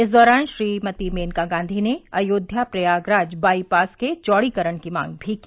इस दौरान श्रीमती मेनका गांधी ने अयोध्या प्रयागराज बाईपास के चौड़ीकरण की मांग भी की